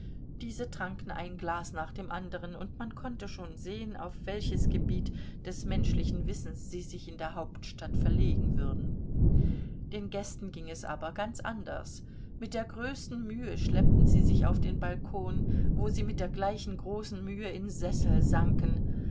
diese tranken ein glas nach dem anderen und man konnte schon sehen auf welches gebiet des menschlichen wissens sie sich in der hauptstadt verlegen würden den gästen ging es aber ganz anders mit der größten mühe schleppten sie sich auf den balkon wo sie mit der gleichen großen mühe in sessel sanken